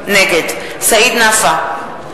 נגד סעיד נפאע,